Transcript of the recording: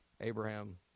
Abraham